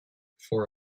for